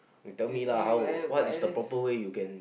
you tell me lah what is the proper way you can